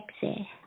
sexy